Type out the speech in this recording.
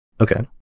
Okay